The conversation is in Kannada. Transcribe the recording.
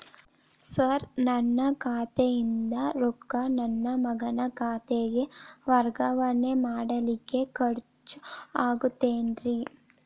ಸರ್ ನನ್ನ ಖಾತೆಯಿಂದ ರೊಕ್ಕ ನನ್ನ ಮಗನ ಖಾತೆಗೆ ವರ್ಗಾವಣೆ ಮಾಡಲಿಕ್ಕೆ ಖರ್ಚ್ ಆಗುತ್ತೇನ್ರಿ?